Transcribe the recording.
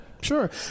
Sure